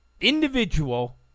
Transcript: individual